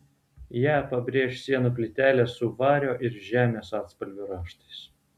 ją pabrėš sienų plytelės su vario ir žemės atspalvių raštais